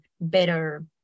better